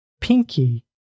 Pinky